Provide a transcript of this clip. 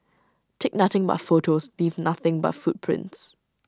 take nothing but photos leave nothing but footprints